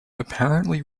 apparently